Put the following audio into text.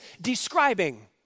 describing